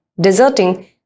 deserting